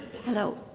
hello,